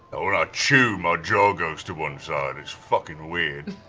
when i chew, my jaw goes to one side. it's fucking weird.